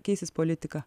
keisis politika